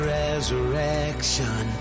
resurrection